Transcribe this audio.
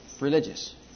religious